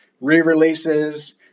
re-releases